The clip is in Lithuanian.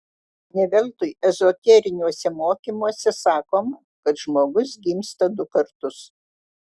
ne veltui ezoteriniuose mokymuose sakoma kad žmogus gimsta du kartus